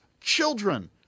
children